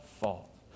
fault